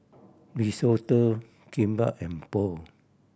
Risotto Kimbap and Pho